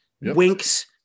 Winks